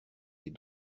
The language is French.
les